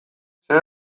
zer